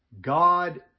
God